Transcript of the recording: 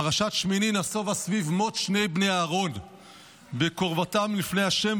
פרשת שמיני נסבה על מות שני בני אהרן בקרבתם לפני ה':